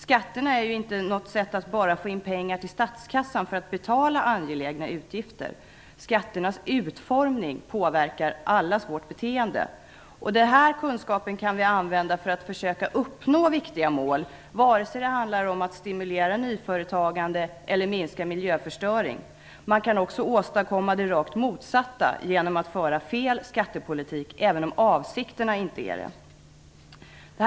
Skatterna är inte bara ett sätt att få in pengar till statskassan för att betala angelägna utgifter. Skatternas utformning påverkar allas vårt beteende. Den här kunskapen kan vi använda för att försöka uppnå viktiga mål, vare sig det handlar om att stimulera nyföretagande eller minska miljöförstöring. Man kan också åstadkomma det rakt motsatta genom att föra en felaktig skattepolitik, även om inte avsikterna är felaktiga.